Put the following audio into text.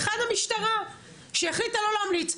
אחד המשטרה שהחליטה לא להמליץ,